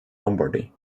lombardy